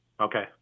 Okay